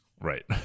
right